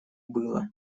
было